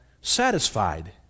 satisfied